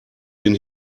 den